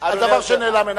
על דבר שנעלם מעיני,